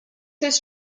his